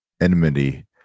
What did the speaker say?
enmity